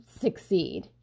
Succeed